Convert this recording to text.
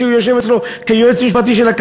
שיושב אצלו כיועץ משפטי שלו,